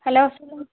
hello சொல்லுங்கள்